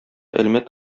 әлмәт